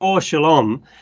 shalom